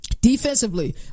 Defensively